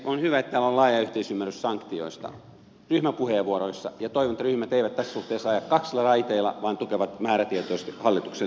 on hyvä että täällä on laaja yhteisymmärrys ryhmäpuheenvuoroissa sanktioista ja toivon että ryhmät eivät tässä suhteessa aja kaksilla raiteilla vaan tukevat määrätietoisesti hallituksen linjaa